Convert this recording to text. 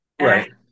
right